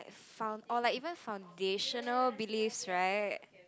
found or like even foundational beliefs right